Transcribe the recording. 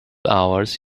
hours